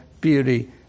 beauty